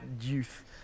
youth